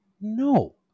No